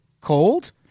cold